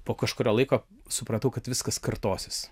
po kažkurio laiko supratau kad viskas kartosis